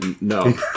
No